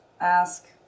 ask